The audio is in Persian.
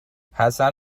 حسن